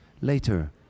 later